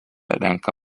renka